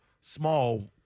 small